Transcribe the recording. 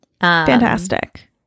fantastic